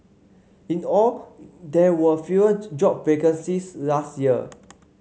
in the all there were fewer job vacancies last year